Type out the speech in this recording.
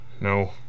No